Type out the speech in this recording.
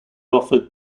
offered